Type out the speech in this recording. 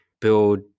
build